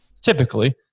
typically